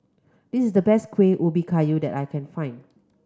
this is the best Kuih Ubi Kayu that I can find